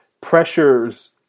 pressures